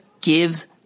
gives